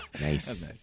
nice